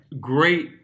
great